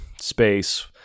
space